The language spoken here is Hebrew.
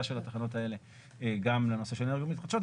של התחנות האלה גם לנושא של אנרגיות מתחדשות,